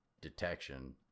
detection